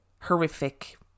horrific